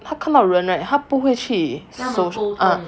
他看到人 right 他不会去 soc~ ah